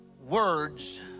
Words